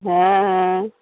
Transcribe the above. হ্যাঁ হ্যাঁ